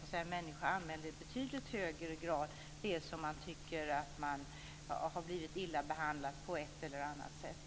Personer anmäler nu i betydligt högre grad om man anser sig ha blivit illa behandlad på ett eller annat sätt.